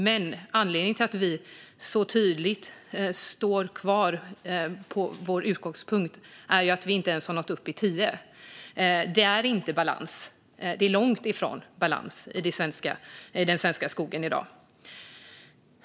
Men anledningen till att vi så tydligt håller fast vid vår utgångspunkt är att vi inte ens har nått upp i 10 procent. Det är långt ifrån balans i den svenska skogen i dag.